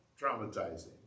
traumatizing